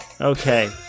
okay